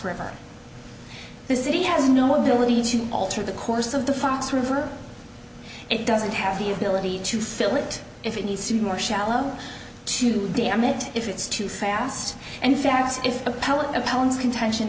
river this city has no ability to alter the course of the fox river it doesn't have the ability to fill it if it needs to be more shallow to dam it if it's too fast and fact if a pellet of poland's contention